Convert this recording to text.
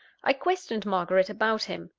i questioned margaret about him.